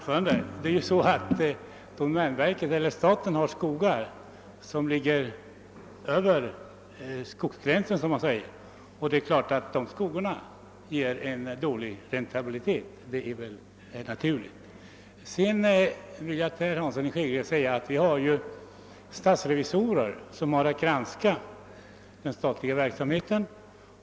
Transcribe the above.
Herr talman! Staten har skogar som ligger ovanför vad man brukar kalla skogsgränsen. Att dessa skogar ger dålig räntabilitet är väl naturligt. Sedan vill jag säga till herr Hansson i Skegrie att det finns ju statsrevisorer som granskar den statliga verksamheten.